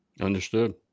Understood